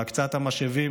והקצאת המשאבים,